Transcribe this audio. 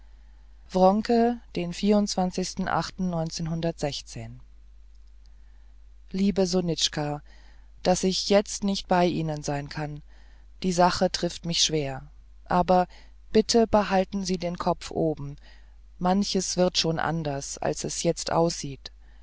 wronke liebe sonitschka daß ich jetzt nicht bei ihnen sein kann die sache trifft mich schwer aber bitte behalten sie den kopf oben manches wird schon anders als es jetzt aussieht